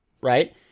right